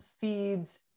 feeds